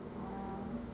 orh